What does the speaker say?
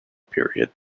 period